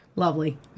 Lovely